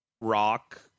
rock